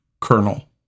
kernel